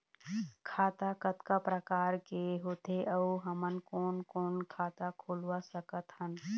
खाता कतका प्रकार के होथे अऊ हमन कोन कोन खाता खुलवा सकत हन?